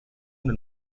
una